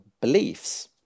beliefs